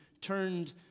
turned